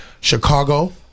Chicago